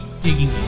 digging